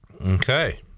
okay